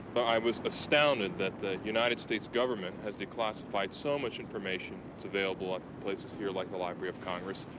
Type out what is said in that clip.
but i was astounded that the united states governement has declassified so much information, it's available at places here like the library of congress,